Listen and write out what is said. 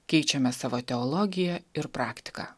keičiame savo teologiją ir praktiką